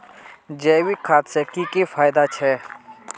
जैविक खाद से की की फायदा छे?